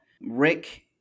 Rick